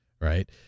right